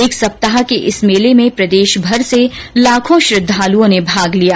एक सप्ताह के इस मेले में प्रदेशभर से लाखों श्रद्धालुओं ने भाग लिया